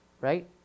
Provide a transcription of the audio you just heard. Right